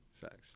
facts